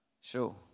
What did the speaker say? Sure